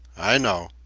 i know.